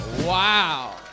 wow